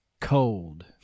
cold